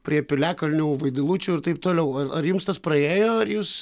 prie piliakalnių vaidilučių ir taip toliau ar jums tas praėjo ar jūs